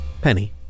Penny